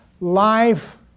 life